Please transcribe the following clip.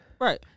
Right